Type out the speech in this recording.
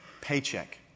paycheck